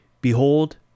Behold